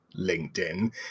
LinkedIn